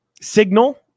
Signal